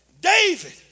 David